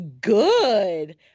good